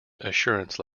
assurance